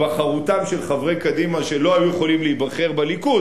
להיבחרותם של חברי קדימה שלא היו יכולים להיבחר בליכוד.